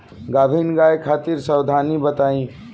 गाभिन गाय खातिर सावधानी बताई?